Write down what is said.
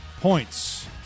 points